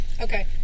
Okay